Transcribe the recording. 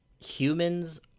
humans